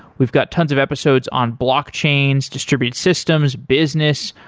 we've got tons of episodes on blockchains, distributed systems, business,